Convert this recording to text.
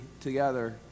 together